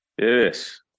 Yes